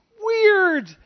weird